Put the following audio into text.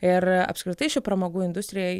ir apskritai ši pramogų industrija